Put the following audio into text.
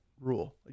rule